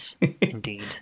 indeed